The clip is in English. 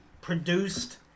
produced